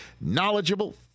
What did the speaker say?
knowledgeable